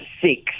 six